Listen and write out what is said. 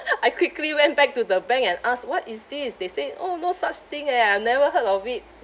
I quickly went back to the bank and ask what is this they said orh no such thing eh never heard of it